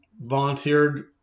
volunteered